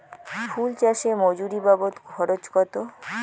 ফুল চাষে মজুরি বাবদ খরচ কত?